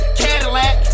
cadillac